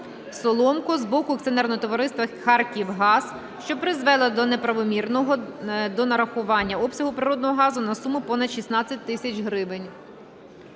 Соломко з боку Акціонерного товариства "Харківгаз", що призвело до неправомірного донарахування обсягу природного газу на суму понад 16 тисяч гривень.